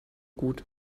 gut